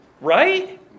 right